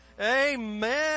Amen